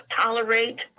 tolerate